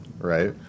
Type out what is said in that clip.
right